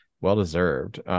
well-deserved